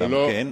לא לא.